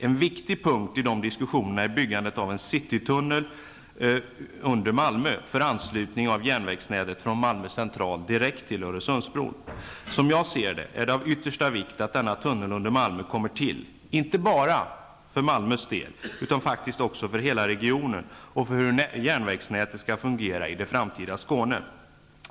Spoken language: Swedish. En viktig punkt i de diskussionerna är byggandet av en citytunnel under Malmö för anslutning av järnvägsnätet från Som jag ser det, är det av yttersta vikt att denna tunnel under Malmö kommer till -- inte bara för Malmös del utan faktiskt också för hela regionen och för hur järnvägsnätet skall fungera i det framtida Skåne.